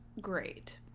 great